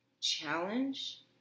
challenge